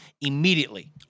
immediately